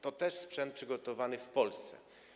To też sprzęt przygotowany w Polsce.